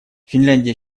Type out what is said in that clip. финляндия